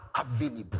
available